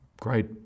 great